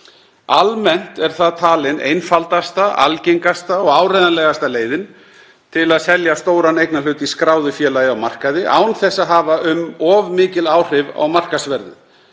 Almennt er það talin einfaldasta, algengasta og áreiðanlegasta leiðin til að selja stóran eignarhlut í skráðu félagi á markaði án þess að hafa um of mikil áhrif á markaðsverð,